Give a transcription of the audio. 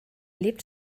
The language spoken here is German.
lebt